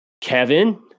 Kevin